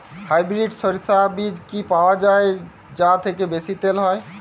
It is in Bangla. হাইব্রিড শরিষা বীজ কি পাওয়া য়ায় যা থেকে বেশি তেল হয়?